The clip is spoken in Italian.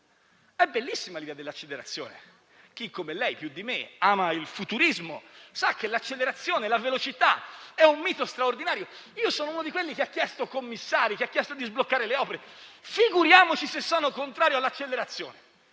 è bellissima l'idea dell'accelerazione. Chi come lei, più di me, ama il futurismo sa che l'accelerazione e la velocità sono un mito straordinario. Io sono uno di quelli che hanno chiesto commissari, che hanno chiesto di sbloccare le opere, figuriamoci se sono contrario all'accelerazione.